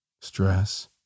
stress